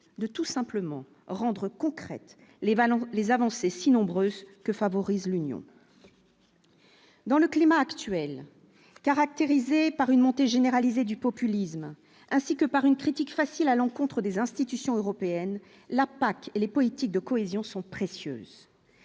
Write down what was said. de tout simplement rendre concrète les valeurs, les avancées si nombreuses que favorise l'Union. Dans le climat actuel, caractérisé par une montée généralisée du populisme, ainsi que par une critique facile à l'encontre des institutions européennes, la PAC et les politiques de cohésion sont précieuses,